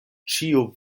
ĉiu